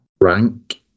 rank